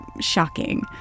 shocking